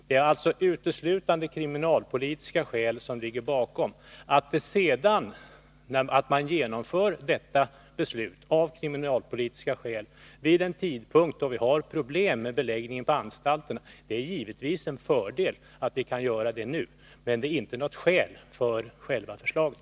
Det är alltså uteslutande kriminalpolitiska skäl som ligger bakom. Att man sedan kan genomföra detta beslut, byggt på kriminalpolitiska grunder, vid en tidpunkt då vi som nu har problem med beläggningen på anstalterna är givetvis en fördel, men det är inte något skäl för själva beslutet.